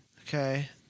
Okay